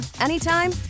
anytime